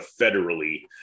federally